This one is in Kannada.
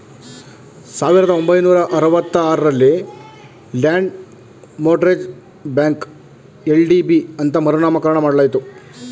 ಸಾವಿರದ ಒಂಬೈನೂರ ಅರವತ್ತ ಆರಲ್ಲಿ ಲ್ಯಾಂಡ್ ಮೋಟರೇಜ್ ಬ್ಯಾಂಕ ಎಲ್.ಡಿ.ಬಿ ಅಂತ ಮರು ನಾಮಕರಣ ಮಾಡಲಾಯಿತು